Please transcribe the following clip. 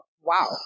wow